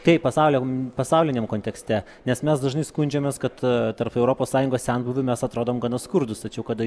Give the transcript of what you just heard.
kaip pasauliam pasauliniam kontekste nes mes dažnai skundžiamės kad tarp europos sąjungos senbuvių mes atrodom gana skurdus tačiau kada